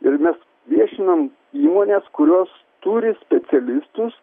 ir mes viešinam įmones kurios turi specialistus